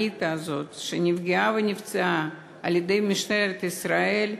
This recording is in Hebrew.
מרגריטה, שנפגעה ונפצעה על-ידי משטרת ישראל,